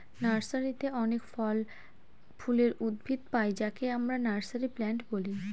নার্সারিতে অনেক ফল ফুলের উদ্ভিদ পাই যাকে আমরা নার্সারি প্লান্ট বলি